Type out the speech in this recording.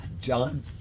John